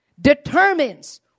determines